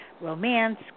romance